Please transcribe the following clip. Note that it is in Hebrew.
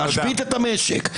להשבית את המשק.